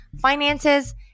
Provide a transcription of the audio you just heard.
finances